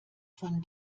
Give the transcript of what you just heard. von